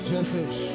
Jesus